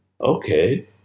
Okay